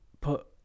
put